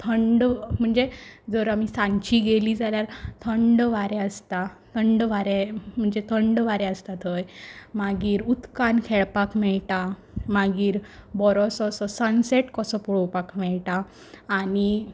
थंड म्हणजे जर आमी सांजची गेली जाल्यार थंड वारें आसता थंड वारें म्हणजे थंड वारें आसता थंय मागीर उदकान खेळपाक मेयटा मागीर बरोसो असो सनसॅट कसो पळोवपाक मेयटा आनी